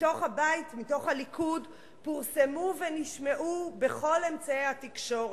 מתוך הליכוד, פורסמו ונשמעו בכל אמצעי התקשורת.